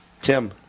Tim